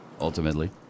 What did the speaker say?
Ultimately